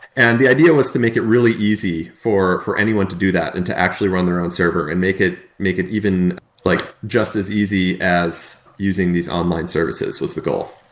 and the idea was to make it really easy for for anyone to do that and to actually run their own server and make it make it even like just as easy as using these online services services was the goal.